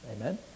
Amen